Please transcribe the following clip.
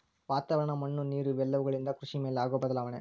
ವಾತಾವರಣ, ಮಣ್ಣು ನೇರು ಇವೆಲ್ಲವುಗಳಿಂದ ಕೃಷಿ ಮೇಲೆ ಆಗು ಬದಲಾವಣೆ